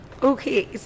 okay